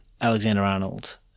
Alexander-Arnold